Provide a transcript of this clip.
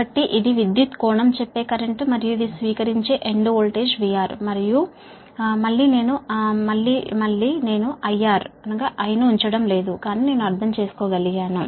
కాబట్టి ఇది విద్యుత్ కోణం చెప్పే కరెంట్ మరియు ఇది స్వీకరించే ఎండ్ వోల్టేజ్ VR మరియు మళ్లీ నేను IR ను ఉంచడం లేదు కానీ నేను అర్థం చేసుకోగలిగాను